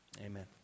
Amen